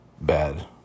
bad